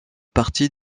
partie